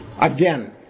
Again